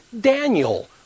Daniel